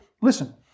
listen